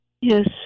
Yes